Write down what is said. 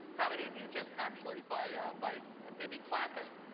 how many of you just actually by by maybe clapping,